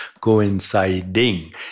coinciding